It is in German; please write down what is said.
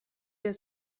der